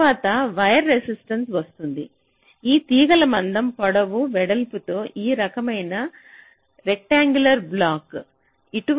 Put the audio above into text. తరువాత wire resistance వస్తుంది ఈ తీగలు మందం పొడవు వెడల్పుతో ఈ రకమైన రెక్టాంగిల్అర్ బ్లాక్లు